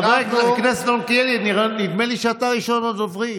חבר הכנסת מלכיאלי, נדמה לי שאתה ראשון הדוברים.